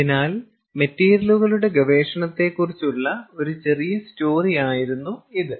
അതിനാൽ മെറ്റീരിയലുകളുടെ ഗവേഷണത്തെക്കുറിച്ചുള്ള ഒരു ചെറിയ സ്റ്റോറിയായിരുന്നു ഇത്